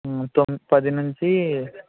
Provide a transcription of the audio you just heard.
తొమ్ పది నుంచి